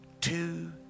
two